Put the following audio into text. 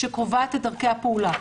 שקובעת את דרכי הפעולה,